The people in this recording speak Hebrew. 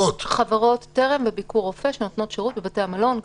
חברות "טרם" ו"ביקור רופא" נותנות שירות בבתי המלון.